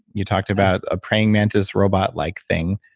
you talked about a praying mantis robot like thing